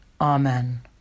Amen